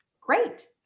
great